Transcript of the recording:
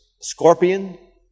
scorpion